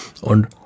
und